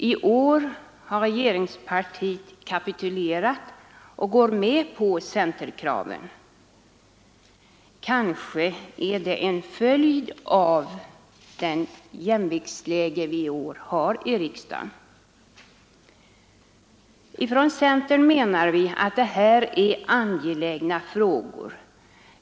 I år har regeringspartiet kapitulerat och gått med på centerkraven. Kanske är det en följd av det jämviktsläge vi nu har i riksdagen. I centern anser vi att detta är angelägna frågor.